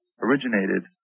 originated